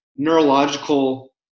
neurological